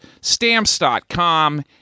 Stamps.com